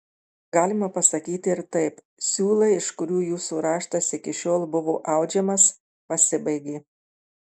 galima pasakyti ir taip siūlai iš kurių jūsų raštas iki šiol buvo audžiamas pasibaigė